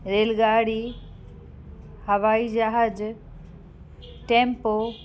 रेलगाड़ी हवाई जहाज टैम्पो